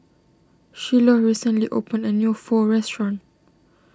Shiloh recently opened a new Pho restaurant